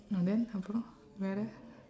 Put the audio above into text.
no then how come வேற:veera